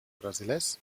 brasilers